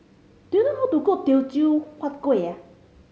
do you know how to cook Teochew Huat Kuih